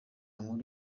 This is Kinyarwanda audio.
nkuru